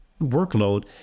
workload